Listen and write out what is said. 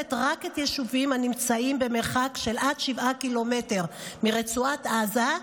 וכוללת רק יישובים הנמצאים במרחק של עד שבעה קילומטר מרצועת עזה,